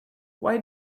why